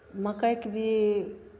मकइके भी